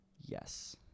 Yes